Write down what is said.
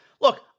look